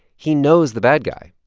he knows the bad guy.